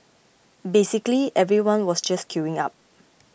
basically everyone was just queuing up